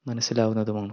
മനസ്സിലാവുന്നതുമാണ്